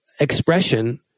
expression